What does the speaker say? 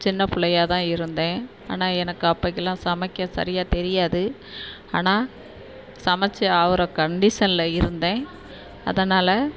சின்ன பிள்ளையா தான் இருந்தேன் ஆனால் எனக்கு அப்போக்கெல்லாம் சமைக்க சரியா தெரியாது ஆனால் சமத்து ஆகுற கன்டிஷனில் இருந்தேன் அதனால்